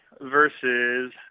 versus